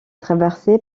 traversée